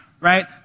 right